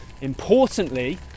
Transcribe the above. Importantly